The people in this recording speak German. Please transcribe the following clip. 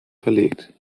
verlegt